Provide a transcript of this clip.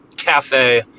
Cafe